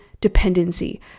dependency